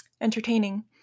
entertaining